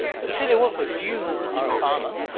cecilia woolford, you are farmer,